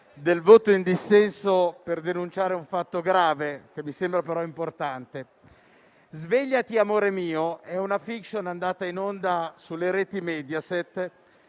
del voto in dissenso per denunciare un fatto grave, che mi sembra però importante. «Svegliati amore mio» è una *fiction* andata in onda sulle reti Mediaset,